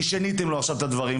כי שיניתם לו עכשיו את הדברים.